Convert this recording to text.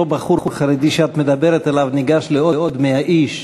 אותו בחור חרדי שאת מדברת עליו ניגש לעוד 100 איש,